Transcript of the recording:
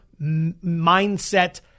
mindset